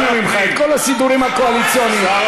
שהיה תקוע 20 שנה,